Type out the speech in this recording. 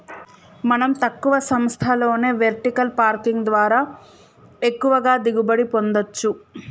మనం తక్కువ స్థలంలోనే వెర్టికల్ పార్కింగ్ ద్వారా ఎక్కువగా దిగుబడి పొందచ్చు